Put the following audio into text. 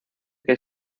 que